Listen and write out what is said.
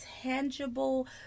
tangible